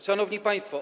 Szanowni Państwo!